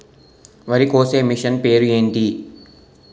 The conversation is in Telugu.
వరి కోసే మిషన్ పేరు ఏంటి